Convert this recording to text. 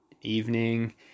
evening